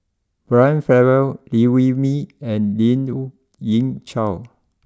Brian Farrell Liew Wee Mee and Lien Ying Chow